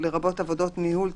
לרבות עבודות ניהול,